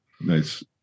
Nice